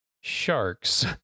Sharks